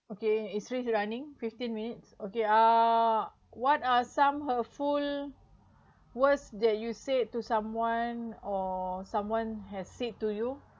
okay is still running fifteen minutes okay uh what are some hurtful words that you said to someone or someone has said to you